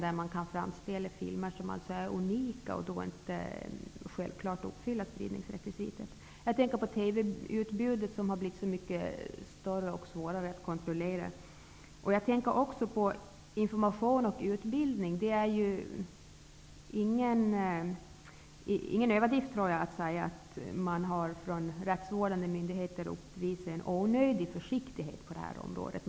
Det går att framställa unika filmer som inte självklart uppfyller spridningsrekvisitet. TV utbudet har blivit mycket större och svårare att kontrollera. Jag tänker också på information och utbildning. Det är ingen överdrift att säga att man har från rättsvårdande myndigheters sida visat en onödig försiktighet på området.